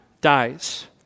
dies